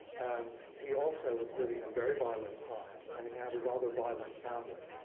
and he also was living in very violent times, and he had a rather violent family.